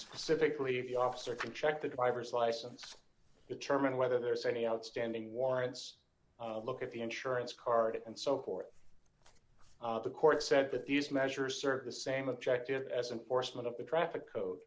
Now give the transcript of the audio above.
specifically if the officer can check the driver's license determine whether there's any outstanding warrants a look at the insurance card and so court the court said that these measures serve the same objective as an oarsman of the traffic code